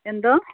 എന്തോ